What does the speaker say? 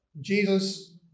Jesus